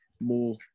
more